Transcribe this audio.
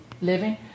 living